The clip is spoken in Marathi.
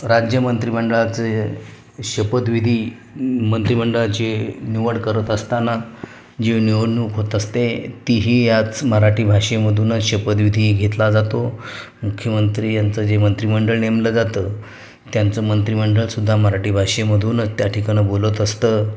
राज्य मंत्रीमंडळाचे शपथविधी मंत्रीमंडळाचे निवड करत असताना जी निवडणूक होत असते तीही याच मराठी भाषेमधूनच शपथविधी घेतला जातो मुख्यमंत्री यांचं जे मंत्रीमंडळ नेमलं जातं त्यांचं मंत्रीमंडळ सुद्धा मराठी भाषेमधूनच त्या ठिकाणं बोलत असतं